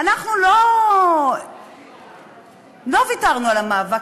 אנחנו לא ויתרנו על המאבק.